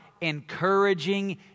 encouraging